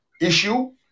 issue